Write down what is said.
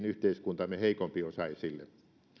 yhteiskuntamme heikompiosaisille